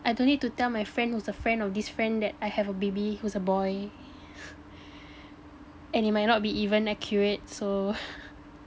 I don't need to tell my friend who's a friend of this friend that I have a baby who's a boy and it might not be even accurate so